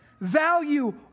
value